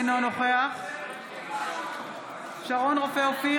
אינו נוכח שרון רופא אופיר,